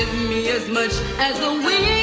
me as much as a wink